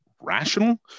rational